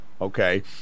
Okay